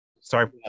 Sorry